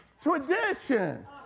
Tradition